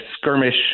skirmish